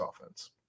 offense